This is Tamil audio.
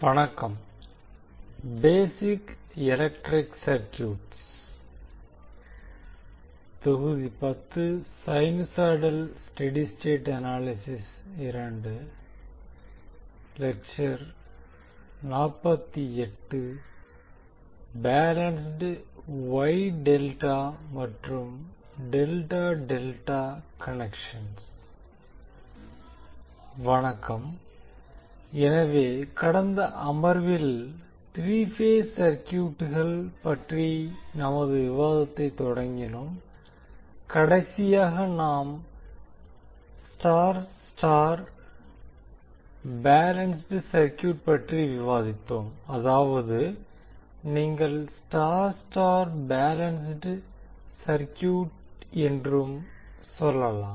வணக்கம் எனவே கடந்த அமர்வில் 3 பேஸ் சர்க்யூட்கள் பற்றி நமது விவாதத்தைத் தொடங்கினோம் கடைசியாக நாம் Y Y பேலன்ஸ்ட் சர்க்யூட் பற்றி விவாதித்தோம் அதாவது நீங்கள் Y Y பேலன்ஸ்ட் சர்க்யூட் என்றும் சொல்லலாம்